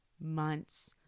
months